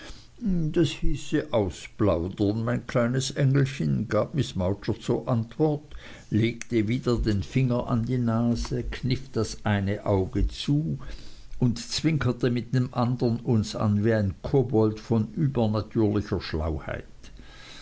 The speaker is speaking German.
das hieße ausplaudern mein kleines engelchen gab miß mowcher zur antwort legte wieder den finger an die nase kniff das eine auge zu und zwinkerte mit dem andern uns an wie ein kobold von übernatürlicher